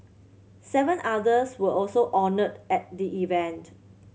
seven others were also honoured at the event